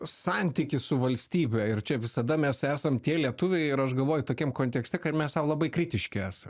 santykis su valstybe ir čia visada mes esam tie lietuviai ir aš galvoju tokiam kontekste kad mes sau labai kritiški esą